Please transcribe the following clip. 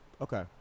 Okay